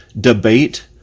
debate